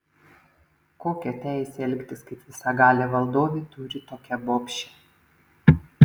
kokią teisę elgtis kaip visagalė valdovė turi tokia bobšė